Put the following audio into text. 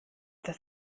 das